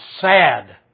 sad